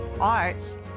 arts